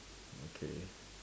okay